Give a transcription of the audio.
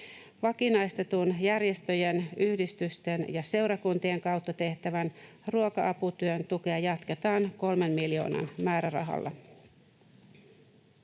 Vakinaistetun järjestöjen, yhdistysten ja seurakuntien kautta tehtävän ruoka-aputyön tukea jatketaan kolmen miljoonan määrärahalla.